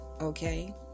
Okay